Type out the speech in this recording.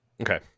Okay